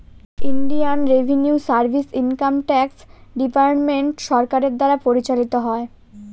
Indian revenue service income tax department সরকারের দ্বারা পরিচালিত হয়